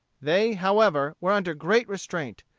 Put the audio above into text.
they, however, were under great restraint,